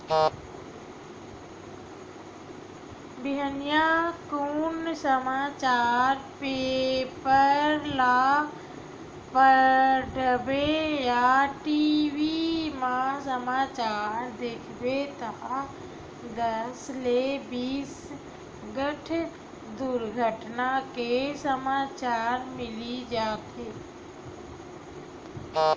बिहनिया कुन समाचार पेपर ल पड़बे या टी.भी म समाचार देखबे त दस ले बीस ठन दुरघटना के समाचार मिली जाथे